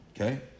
Okay